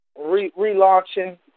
relaunching